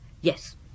yes